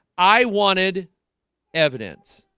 i wanted evidence